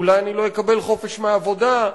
אולי לא אקבל חופש מהעבודה,